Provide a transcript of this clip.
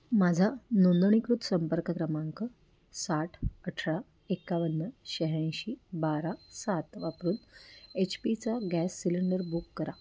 माझा नोंदणीकृत संपर्क क्रमांक साठ अठरा एक्कावन्न शह्याऐंशी बारा सात वापरून एच पीचा गॅस सिलेंडर बुक करा